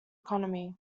economy